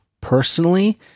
personally